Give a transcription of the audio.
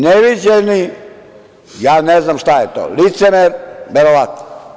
Neviđeni... ja ne znam šta je to, licemer verovatno.